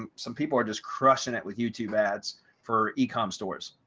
um some people are just crushing it with youtube ads for eecom stores.